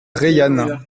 reillanne